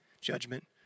judgment